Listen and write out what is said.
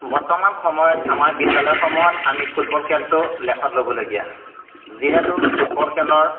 বৰ্তমান সময়ত আমাৰ বিদ্যালয়সমূহত আমি ফুটবল খেলটো লেখত ল'বলগীয়া যিহেতু ফুটবল খেলৰ